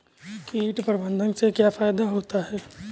कीट प्रबंधन से क्या फायदा होता है?